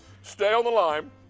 stay on the line,